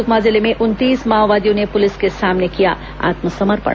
सुकमा जिले में उनतीस माओवादियों ने पुलिस के सामने किया आत्मसमर्पण